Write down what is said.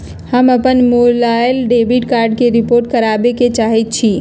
हम अपन भूलायल डेबिट कार्ड के रिपोर्ट करावे के चाहई छी